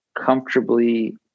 comfortably